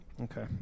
Okay